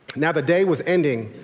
now the day was ending.